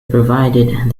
provided